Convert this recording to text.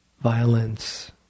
violence